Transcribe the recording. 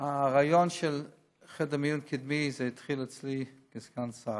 הרעיון של חדר מיון קדמי התחיל אצלי כסגן שר.